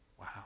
Wow